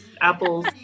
apples